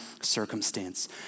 circumstance